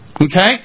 okay